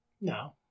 No